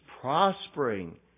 prospering